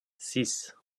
six